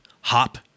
Hop